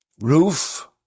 roof